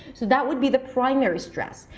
so that would be the primary stress.